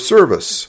Service